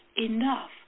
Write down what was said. enough